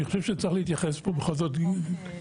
אני חושב שצריך להתייחס פה בכל זאת --- החוק